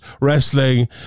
wrestling